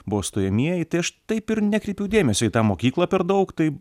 buvo stojamieji tai aš taip ir nekreipiau dėmesio į tą mokyklą per daug tai